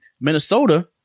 Minnesota